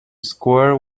square